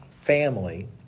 family